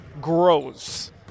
grows